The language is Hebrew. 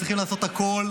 צריכים לעשות הכול,